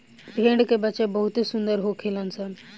भेड़ के बच्चा बहुते सुंदर होखेल सन